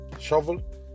Shovel